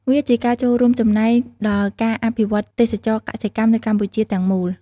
វាជាការចូលរួមចំណែកដល់ការអភិវឌ្ឍទេសចរណ៍កសិកម្មនៅកម្ពុជាទាំងមូល។